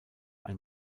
ein